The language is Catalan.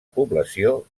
població